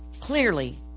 clearly